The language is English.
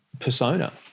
persona